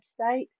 website